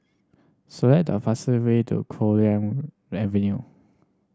select the fastest way to Copeland Avenue